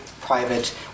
private